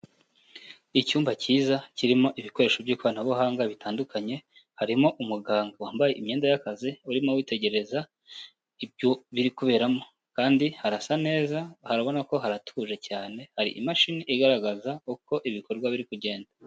Icyumba cyiza kirimo ibikoresho by'ikoranabuhanga bitandukanye, harimo umuganga wambaye imyenda y'akazi urimo witegereza ibyo biri kuberamo kandi harasa neza harabona ko haratuje cyane hari imashini igaragaza uko ibikorwa biri kugenda.